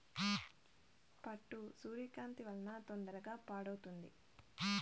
పట్టు సూర్యకాంతి వలన తొందరగా పాడవుతుంది